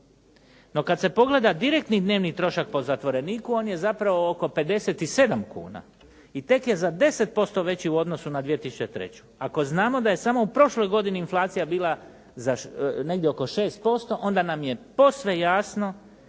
No kad se pogleda direktni dnevni trošak po zatvoreniku, on je zapravo oko 57 kuna i tek je za 10% veći u odnosu na 2003. Ako znamo da je samo u prošloj godini inflacija bila negdje oko 6%, onda nam je posve jasno